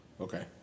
Okay